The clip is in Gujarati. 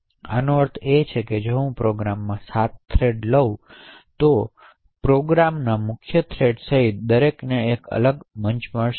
તો આનો અર્થ એ છે કે જો હું આ પ્રોગ્રામમાં 7 થ્રેડ લઉં છું તો પ્રોગ્રામના મુખ્ય થ્રેડ સહિતના દરેક થ્રેડને એક અલગ મંચ મળશે